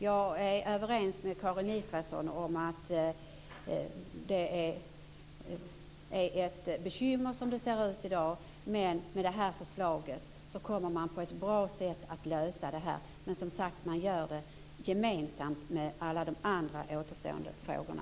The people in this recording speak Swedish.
Jag är överens med Karin Israelsson om att detta är ett bekymmer som det ser ut i dag. Med det här förslaget kommer man att lösa det på ett bra sätt, men man gör det som sagt gemensamt med alla de andra återstående frågorna.